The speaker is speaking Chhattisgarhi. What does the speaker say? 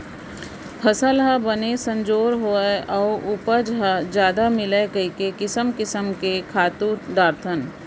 फसल ह बने संजोर होवय अउ उपज ह जादा मिलय कइके किसम किसम के खातू डारथन